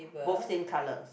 both same colours